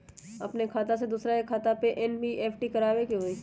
अपन खाते से दूसरा के खाता में एन.ई.एफ.टी करवावे के हई?